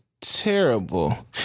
terrible